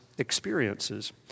experiences